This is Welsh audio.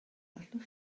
allwch